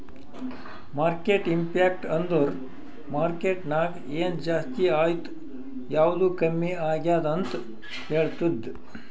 market impact ಅಂದುರ್ market ನಾಗ್ ಎನ್ ಜಾಸ್ತಿ ಆಯ್ತ್ ಯಾವ್ದು ಕಮ್ಮಿ ಆಗ್ಯಾದ್ ಅಂತ್ ಹೇಳ್ತುದ್